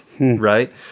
right